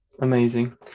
amazing